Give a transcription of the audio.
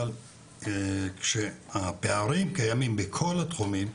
אבל הפערים קיימים בכל התחומים.